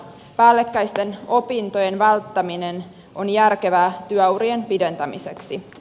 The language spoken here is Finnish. päällekkäisten opintojen välttäminen on järkevää työurien pidentämiseksi